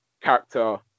character